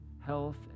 health